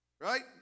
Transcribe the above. right